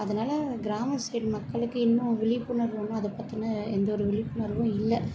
அதனால் கிராம சைடு மக்களுக்கு இன்னும் விழிப்புணர்வு ஒன்றும் அதைப் பற்றின எந்த ஒரு விழிப்புணர்வும் இல்லை